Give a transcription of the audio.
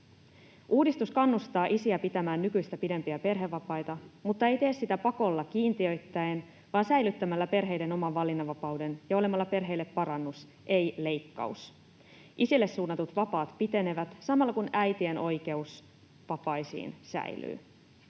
Uudistus kannustaa isiä pitämään nykyistä pidempiä perhevapaita mutta ei tee sitä pakolla kiintiöittäin vaan säilyttämällä perheiden oman valinnanvapauden ja olemalla perheille parannus, ei leikkaus. Isille suunnatut vapaat pitenevät samalla, kun äitien oikeus vapaisiin säilyy.